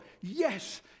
yes